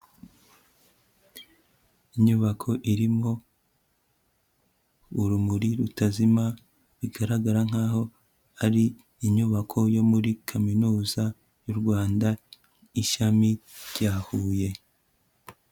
Inyubako irimo urumuri rutazima, bigaragara nkaho ari inyubako yo muri Kaminuza y'u Rwanda ishami rya Huye.